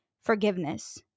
forgiveness